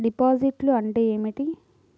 డిపాజిట్లు అంటే ఏమిటి?